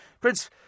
Prince